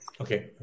Okay